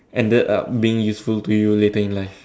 ended up being useful to you later in life